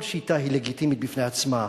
כל שיטה היא לגיטימית בפני עצמה.